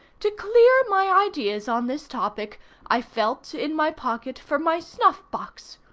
to clear my ideas on this topic i felt in my pocket for my snuff-box,